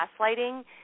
gaslighting